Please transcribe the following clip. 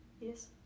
Yes